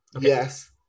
Yes